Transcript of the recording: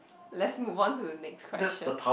let's move on to the next question